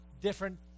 different